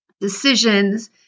decisions